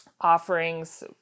offerings